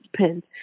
depends